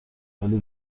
ولی